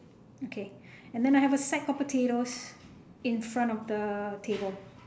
okay and then I have a sack of potatoes in front of the table